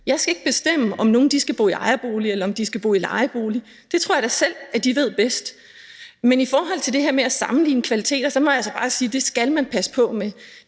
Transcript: Jeg skal ikke bestemme, om nogen skal bo i ejerbolig, eller om de skal bo i lejebolig. Det tror jeg da de ved bedst selv. Men i forhold til det her med at sammenligne kvaliteter må jeg altså bare sige, at det skal man passe på med.